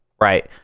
right